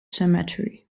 cemetery